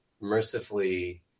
mercifully